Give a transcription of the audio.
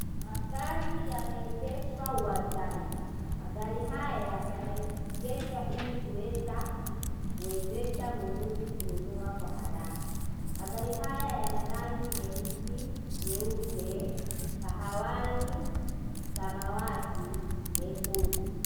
Magari yameegeshwa uwanjani. Magari haya, yameegeshwa ili kuweza kuwezesha mnunuzi kununua kwa haraka. Magari haya yana rangi nyeusi, nyeupe, kahawani, samawati, mekundu.